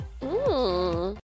Mmm